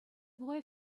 boy